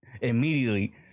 immediately